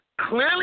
Clearly